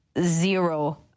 zero